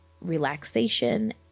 relaxation